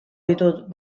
ditut